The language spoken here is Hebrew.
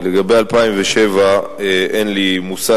כי לגבי 2007 אין לי מושג.